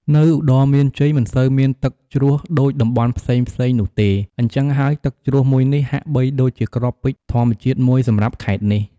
នៅឧត្តរមានជ័យមិនសូវមានទឹកជ្រោះដូចតំបន់ផ្សេងៗនោះទេ អ៊ីចឹងហើយ ទឹកជ្រោះមួយនេះហាក់បីដូចជាគ្រាប់ពេជ្រធម្មជាតិមួយសម្រាប់ខេត្តនេះ។